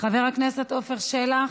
חבר הכנסת עפר שלח,